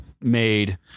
made